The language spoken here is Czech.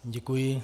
Děkuji.